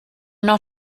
not